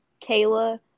Kayla